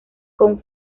con